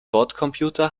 bordcomputer